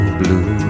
blue